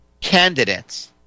candidates